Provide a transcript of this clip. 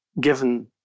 given